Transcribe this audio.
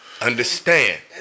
Understand